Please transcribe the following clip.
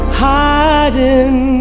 hiding